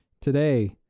today